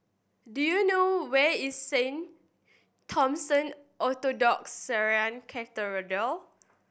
do you know where is Saint Thomason Orthodox Syrian